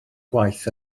gwaith